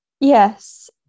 Yes